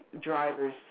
driver's